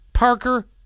parker